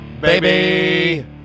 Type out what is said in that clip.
baby